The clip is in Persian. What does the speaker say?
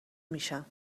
میشم